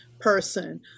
person